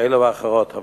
כאלה ואחרות, אבל